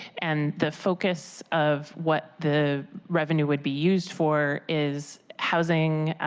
and the focus of what the revenue would be used for is housing,